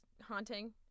haunting